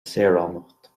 saoránacht